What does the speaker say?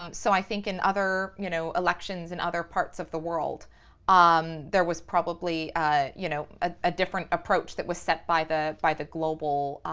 um so i think in other you know elections in other parts of the world um there was probably a you know ah ah different approach that was set by the by the global,